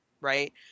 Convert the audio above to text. right